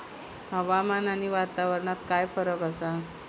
हवामान आणि वातावरणात काय फरक असा?